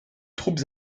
troupes